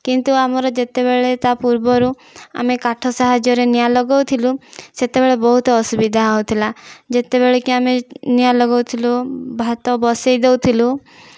କିନ୍ତୁ ଆମର ଯେତେବେଳେ ତା ପୂର୍ବରୁ ଆମେ କାଠ ସାହାଯ୍ୟ ରେ ନିଆଁ ଲଗାଉଥିଲୁ ସେତେବେଳେ ବହୁତ ଅସୁବିଧା ହେଉଥିଲା ଯେତେବେଳେ କି ଆମେ ନିଆଁ ଲଗଉଥିଲୁ ଭାତ ବସେଇଦେଉଥିଲୁ